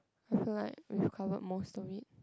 I feel like we've covered most of it